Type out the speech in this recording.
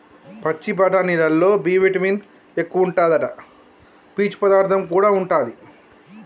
పచ్చి బఠానీలల్లో B vitamin ఎక్కువుంటాదట, పీచు పదార్థం కూడా ఉంటది